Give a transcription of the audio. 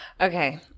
Okay